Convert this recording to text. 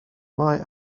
mae